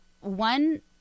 one